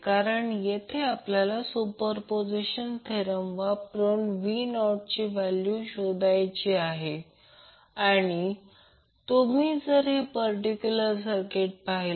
कारण येथे आपल्याला सुपरपोझिशन थेरम वापरून v0 ची व्हॅल्यू शोधायची आहे आणि तुम्ही जर हे पर्टीक्यूलर सर्किट पाहिले